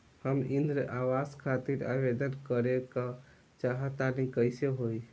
हम इंद्रा आवास खातिर आवेदन करे क चाहऽ तनि कइसे होई?